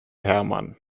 hermann